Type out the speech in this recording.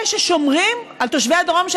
אלה ששומרים על תושבי הדרום,